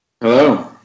Hello